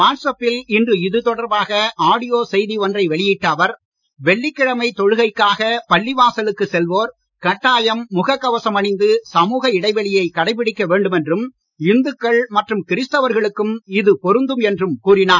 watts app பில் இன்று இதுதொடர்பாக ஆடியோ செய்தி ஒன்றை வெளியிட்ட அவர் வெள்ளிக்கிழமை தொழுகைக்காக பள்ளிவாசலுக்குச் செல்வோர் கட்டாயம் முகக்கவசம் அணிந்து சமூக இடைவெளியைக் கடைபிடிக்க வேண்டும் என்றும் இந்துக்கள் மற்றும் கிறிஸ்துவர்களுக்கும் இது பொருந்தும் என்றும் கூறினார்